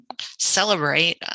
celebrate